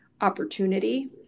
opportunity